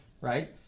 Right